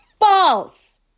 false